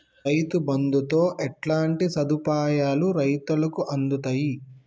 రైతు బంధుతో ఎట్లాంటి సదుపాయాలు రైతులకి అందుతయి?